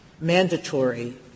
mandatory